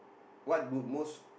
what would most